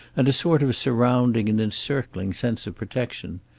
and a sort of surrounding and encircling sense of protection.